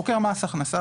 חוקר מס הכנסה,